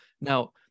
Now